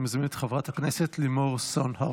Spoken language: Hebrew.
אני מזמין את חברת הכנסת לימור סון הר